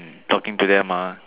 talking to them uh